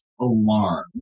alarm